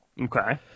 Okay